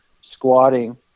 squatting